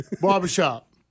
Barbershop